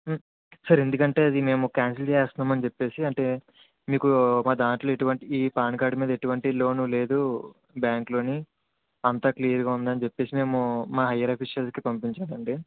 sir ఎందుకంటే అది మేము క్యాన్సల్ చేస్తున్నాము అని చెప్పి అంటే మీకు మా దాంట్లో ఎటువంటి ఈ పాన్ కార్డు మీద ఎటువంటి లోను లేదు బ్యాంకులోని అంత క్లియర్గా ఉందని చెప్పి మేము మా హైయర్ అఫిషియల్కి పంపించాలండి